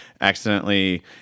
accidentally